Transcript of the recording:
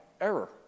error